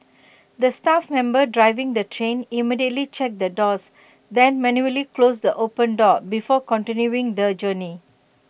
the staff member driving the train immediately checked the doors then manually closed the open door before continuing the journey